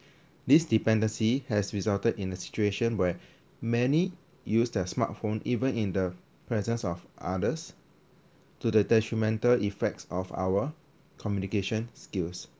this dependency has resulted in a situation where many use their smartphone even in the presence of others to the detrimental effects of our communication skills